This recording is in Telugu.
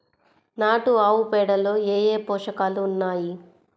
నాటు ఆవుపేడలో ఏ ఏ పోషకాలు ఉన్నాయి?